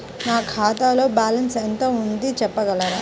నా ఖాతాలో బ్యాలన్స్ ఎంత ఉంది చెప్పగలరా?